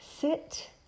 sit